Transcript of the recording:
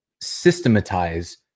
systematize